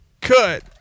cut